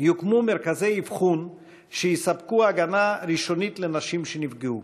יוקמו מרכזי אבחון שיספקו הגנה ראשונית לנשים שנפגעו,